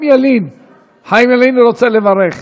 חיים ילין רוצה לברך.